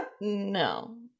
No